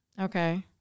okay